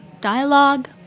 dialogue